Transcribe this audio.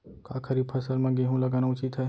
का खरीफ फसल म गेहूँ लगाना उचित है?